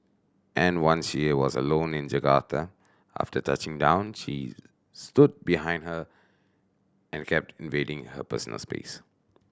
and once she was alone in Jakarta after touching down she stood behind her and kept invading her personal space